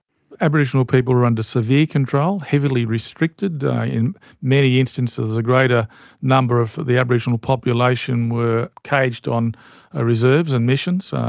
aboriginal people were under severe control, heavily restricted. in many instances a greater number of the aboriginal population were caged on ah reserves and missions,